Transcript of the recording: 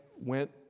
went